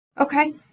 Okay